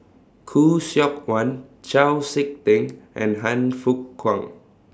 Khoo Seok Wan Chau Sik Ting and Han Fook Kwang